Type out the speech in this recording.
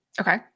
Okay